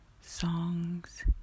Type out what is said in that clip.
songs